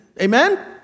Amen